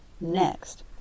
next